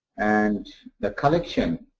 and the collection,